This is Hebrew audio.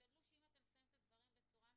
תשתדלו שאם אתם שמים את הדברים בצורה מסוימת,